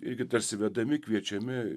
irgi tarsi vedami kviečiami